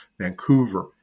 Vancouver